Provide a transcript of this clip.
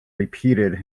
repeated